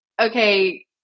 okay